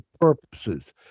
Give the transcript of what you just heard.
purposes